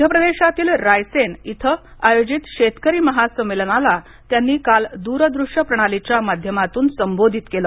मध्य प्रदेशातील रायसेन इथ आयोजित शेतकरी महासंमेलनाला त्यांनी काल द्रदूश्य प्रणालीच्या माध्यमातून संबोधित केलं